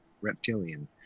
reptilian